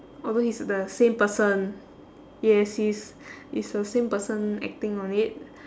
oh wait he's the same person yes he is it's the same person acting on it